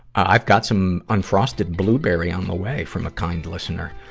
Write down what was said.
i've got some unfrosted blueberry on the way from a kind listener.